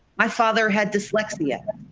my father had dyslexia,